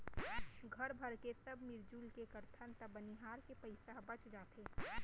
घर भरके सब मिरजुल के करथन त बनिहार के पइसा ह बच जाथे